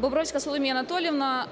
Бобровська Соломія Анатоліївна,